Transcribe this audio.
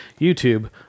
YouTube